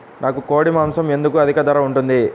నాకు కోడి మాసం ఎందుకు అధిక ధర ఉంటుంది?